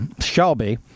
Shelby